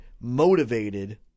motivated